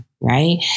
Right